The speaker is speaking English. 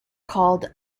called